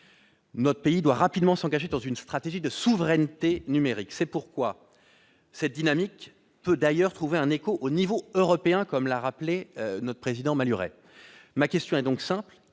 Notre pays doit rapidement s'engager dans une stratégie de souveraineté numérique. Cette dynamique peut d'ailleurs trouver un écho à l'échelon européen, comme l'a rappelé Claude Malhuret. Ma question est simple